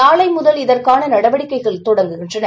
நாளைமறுநாள் முதல் இதற்கானநடவடிக்கைகள் தொடங்குகின்றன